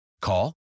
Call